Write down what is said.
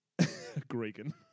Gregan